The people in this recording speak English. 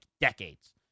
decades